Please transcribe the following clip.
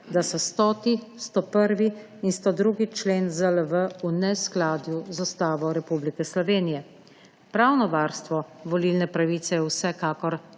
da so 100., 101. in 102. člen ZLV v neskladju z Ustavo Republike Slovenije. Pravno varstvo volilne pravice je vsekakor